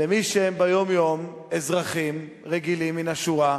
למי שהם ביום-יום אזרחים רגילים, מן השורה,